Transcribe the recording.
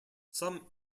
some